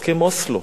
הסכם אוסלו,